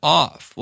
off